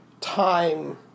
time